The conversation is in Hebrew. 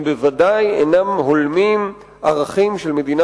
הם בוודאי אינם הולמים ערכים של מדינה